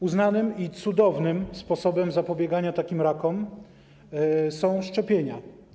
Uznanym i cudownym sposobem zapobiegania takim rakom są szczepienia.